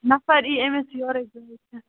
نفر یِیہِ أمِس یورے گٲڑۍ ہٮ۪تھ